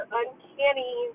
uncanny